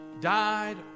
died